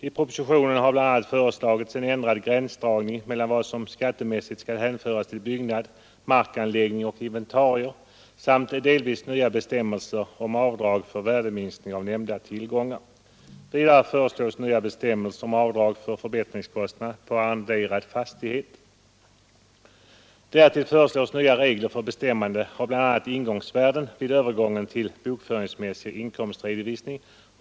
I propositionen har bl.a. föreslagits en ändrad gränsdragning mellan vad som skattemässigt skall hänföras till byggnad, markanläggning och inventarier samt delvis nya bestämmelser om avdrag för värdeminskning av nämnda tillgångar. Vidare föreslås nya bestämmelser om avdrag för förbättringskostnader på arrenderad fastighet. Därtill föreslås nya regler för bestämmande av bl.a. ingångsvärden vid övergången till bokföringsmässig inkomstredovisning.